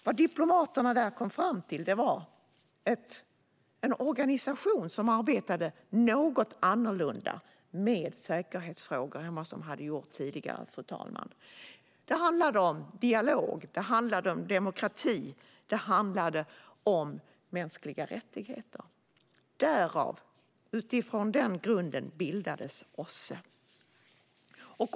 Vad diplomaterna där kom fram till, fru talman, var en organisation som arbetade något annorlunda med säkerhetsfrågor än vad som hade gjorts tidigare. Det handlade om dialog. Det handlade om demokrati. Det handlade om mänskliga rättigheter. Utifrån denna grund bildades OSSE.